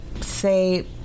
say